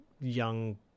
young